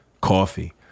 coffee